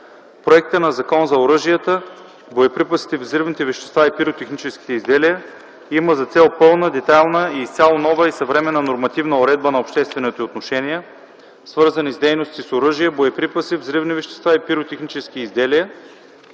Проектът на Закон за оръжията, боеприпасите, взривните вещества и пиротехническите изделия има за цел пълна, детайлна и изцяло нова и съвременна нормативна уредба на обществените отношения, свързани с дейности с оръжия, боеприпаси, взривни вещества и пиротехнически изделия,